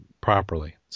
properly